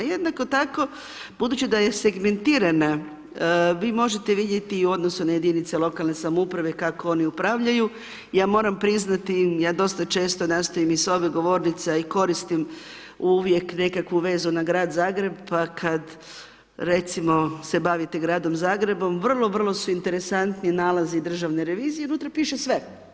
Jednako tako, budući da je segmentirana, vi možete vidjeti i u odnosu na jedinice lokalne samouprave kako oni upravljaju, ja moram priznati, ja dosta često nastojim i sa ove govornice, a i koristim uvijek nekakvu vezu na Grad Zagreb, pa kad recimo se bavite Gradom Zagreba, vrlo, vrlo su interesantni nalazi Državne revizije, jer unutra piše sve.